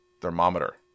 thermometer